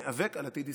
ניאבק על עתיד ישראל.